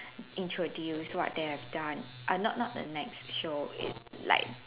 introduce what they have done uh not not the next show it's like